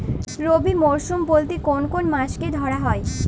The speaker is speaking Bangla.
রবি মরশুম বলতে কোন কোন মাসকে ধরা হয়?